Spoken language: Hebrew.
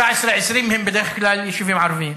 19 20 הם בדרך כלל יישובים ערביים,